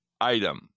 item